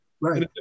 Right